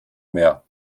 mehr